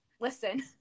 Listen